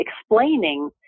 explaining